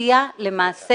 השיטה אומרת שלמעשה